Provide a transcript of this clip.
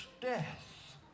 death